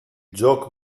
gioco